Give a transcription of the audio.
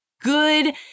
good